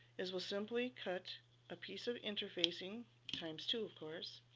is we'll simply cut a piece of interfacing times two of course